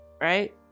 right